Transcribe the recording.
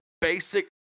basic